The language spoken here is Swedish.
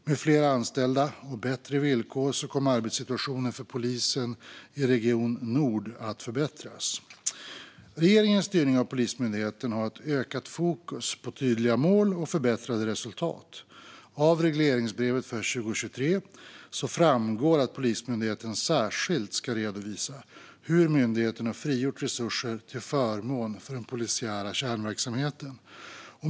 Med fler anställda och bättre villkor kommer arbetssituationen för polisen i region Nord att förbättras. Regeringens styrning av Polismyndigheten har ett ökat fokus på tydliga mål och förbättrade resultat. Av regleringsbrevet för 2023 framgår att Polismyndigheten särskilt ska redovisa hur myndigheten har frigjort resurser till förmån för den polisiära kärnverksamheten.